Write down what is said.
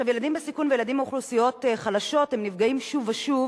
ילדים בסיכון וילדים מאוכלוסיות חלשות נפגעים שוב ושוב,